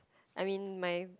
I mean my